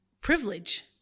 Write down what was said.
privilege